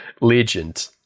Legend